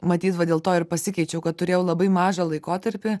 matyt va dėl to ir pasikeičiau kad turėjau labai mažą laikotarpį